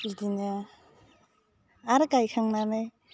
बिदिनो आरो गायखांनानै